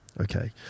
Okay